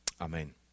Amen